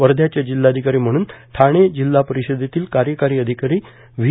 वध्याच्या जिल्हाधिकारी म्हणून ठाणे जिल्हा परिषदेतील कार्यकारी अधिकारी व्ही